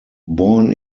born